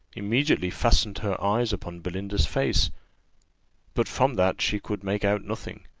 immediately fastened her eyes upon belinda's face but from that she could make out nothing.